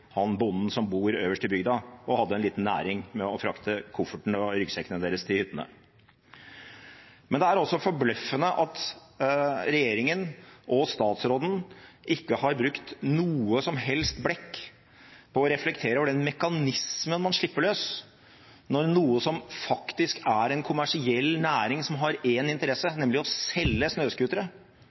han bonden som bor øverst i bygda og hadde en liten næring med å frakte koffertene og ryggsekkene deres til hyttene. Men det er også forbløffende at regjeringen og statsråden ikke har brukt noe som helst blekk på å reflektere over den mekanismen man får når man slipper løs noe som faktisk er en kommersiell næring som har én interesse, nemlig å selge snøscootere